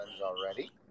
already